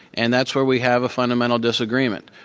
and that's where we have a fundamental disagreement.